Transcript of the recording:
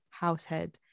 househead